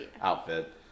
outfit